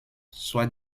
soit